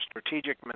strategic